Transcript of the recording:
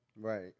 Right